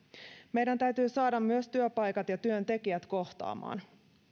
meidän täytyy saada myös työpaikat ja työntekijät kohtaamaan